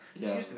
ya